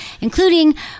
including